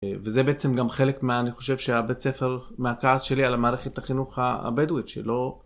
וזה בעצם גם חלק מה, אני חושב שהבית ספר, מהכעס שלי על המערכת החינוך הבדואית שלו.